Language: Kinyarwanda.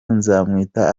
nzamwita